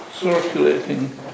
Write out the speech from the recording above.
circulating